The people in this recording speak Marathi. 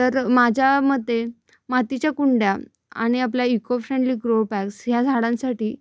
तर माझ्या मते मातीच्या कुंड्या आणि आपल्या इकोफ्रेंडली ग्रोपॅक्स ह्या झाडांसाठी